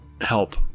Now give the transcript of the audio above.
help